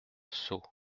sceaux